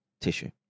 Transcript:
tissue